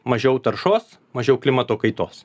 mažiau taršos mažiau klimato kaitos